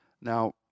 Now